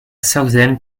southern